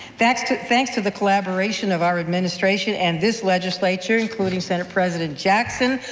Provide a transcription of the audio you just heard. thanks to thanks to the collaboration of our administration and this legislature, including senate president jackson,